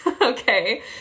okay